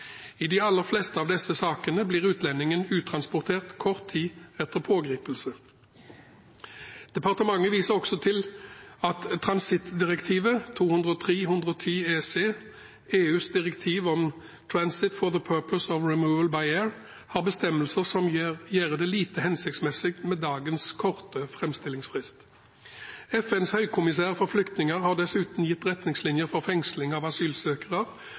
I de aller fleste av disse sakene blir utlendingen uttransportert kort tid etter pågripelse. Departementet viser også til at transittdirektivet 2003/110/EC – EUs direktiv om «transit for the purposes of removal by air» – har bestemmelser som gjør det lite hensiktsmessig med dagens korte framstillingsfrist. FNs høykommissær for flyktninger har dessuten gitt retningslinjer for fengsling av asylsøkere